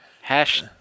Hash